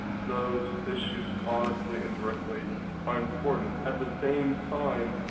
those issues honestly and directly are important. at the same time,